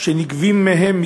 שנגבים מהן,